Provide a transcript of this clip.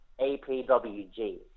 APWG